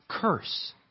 curse